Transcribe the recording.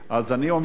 אז אני אומר,